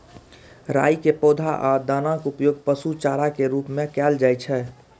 राइ के पौधा आ दानाक उपयोग पशु चारा के रूप मे कैल जाइ छै